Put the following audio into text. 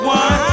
one